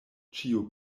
ĉiu